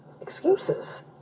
excuses